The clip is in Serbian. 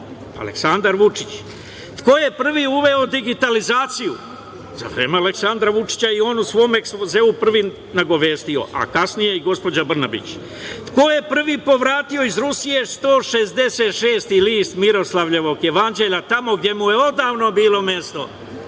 Aleksandar Vučić. Ko je prvi uveo digitalizaciju? Za vreme Aleksandra Vučića, on je u svom ekspozeu prvi nagovestio, a kasnije i gospođa Brnabić. Ko je prvi povratio iz Rusije 166 list Miroslavljevog jevanđelja gde mu je odavno bilo mesto?